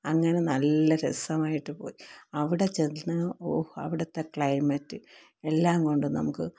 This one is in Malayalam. അങ്ങനെ നല്ല രസമായിട്ട് പോയി അവിടെ ചെന്ന് ഓ അവിടുത്തെ ക്ലൈമറ്റ് എല്ലാം കൊണ്ടും നമുക്ക്